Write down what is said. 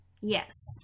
Yes